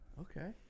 okay